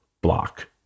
Block